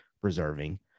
preserving